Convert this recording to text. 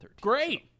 Great